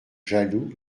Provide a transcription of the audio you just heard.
jaloux